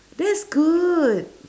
that's good